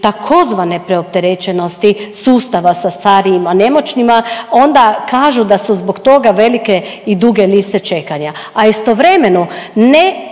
tzv. preopterećenosti sustava sa starijima i nemoćnima onda kažu da su zbog toga velike i duge liste čekanja, a istovremeno ne